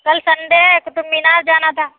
کل سنڈے ہے قطب مینار جانا تھا